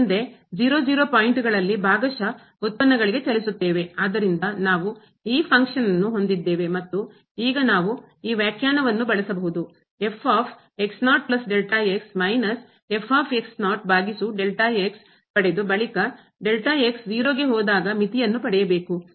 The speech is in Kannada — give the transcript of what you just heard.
ಮುಂದೆ ಪಾಯಿಂಟ್ಗಳಲ್ಲಿ ಭಾಗಶಃ ಉತ್ಪನ್ನಗಳಿಗೆ ಚಲಿಸುತ್ತೇವೆ ಆದ್ದರಿಂದ ನಾವು ಈ ಫಂಕ್ಷನ್ನ್ನು ಕಾರ್ಯವನ್ನು ಹೊಂದಿದ್ದೇವೆ ಮತ್ತು ಈಗ ನಾವು ಈ ವ್ಯಾಖ್ಯಾನವನ್ನು ಬಳಸಬಹುದು ಮೈನಸ್ ಬಾಗಿಸು ಪಡೆದು ಬಳಿಕ 0 ಗೆ ಹೋದಾಗ ಮಿತಿಯನ್ನು ಪಡೆಯಬೇಕು